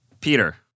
Peter